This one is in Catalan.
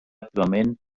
activament